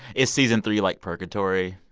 is season three, like, purgatory?